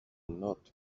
not